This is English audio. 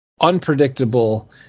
unpredictable